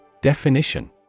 Definition